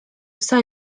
psa